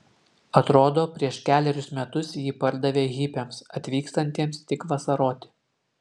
atrodo prieš kelerius metus jį pardavė hipiams atvykstantiems tik vasaroti